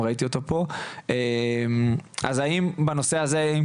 האם קרה משהו בנושא הזה?